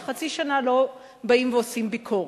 שחצי שנה לא באים ועושים ביקורת,